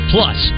Plus